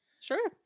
Sure